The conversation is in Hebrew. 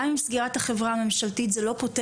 גם אם סגירת החברה הממשלתית זה לא פותר